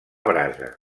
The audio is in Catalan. brasa